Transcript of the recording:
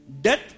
Death